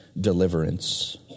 deliverance